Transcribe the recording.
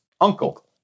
uncle